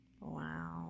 Wow